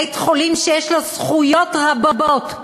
בית-חולים שיש לו זכויות רבות,